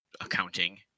accounting